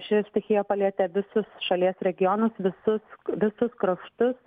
ši stichija palietė visus šalies regionus visus visus kraštus